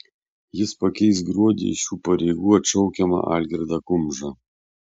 jis pakeis gruodį iš šių pareigų atšaukiamą algirdą kumžą